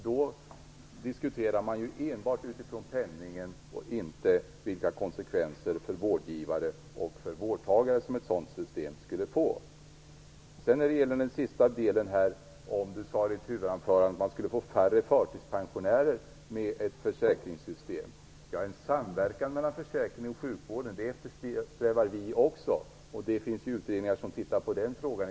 Då diskuterar man enbart utifrån penningen och inte vilka konsekvenser för vårdgivare och vårdtagare som ett sådant system skulle få. När det gäller den sista delen i Leif Carlsons huvudanförande där han sade att man skulle få färre förtidspensionärer med ett försäkringssystem eftersträvar vi socialdemokrater också en samverkan mellan försäkring och sjukvården. Det finns utredningar som i dag tittar på den frågan.